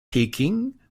peking